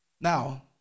now